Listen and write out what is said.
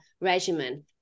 regimen